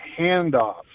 handoff